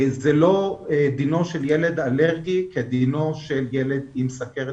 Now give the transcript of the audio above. לא דינו של ילד אלרגי כדינו של ילד עם סוכרת